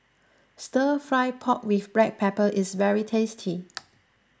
Stir Fried Pork with Black Pepper is very tasty